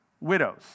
widows